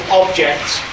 objects